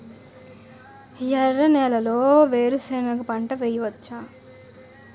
ఎర్ర నేలలో వేరుసెనగ పంట వెయ్యవచ్చా?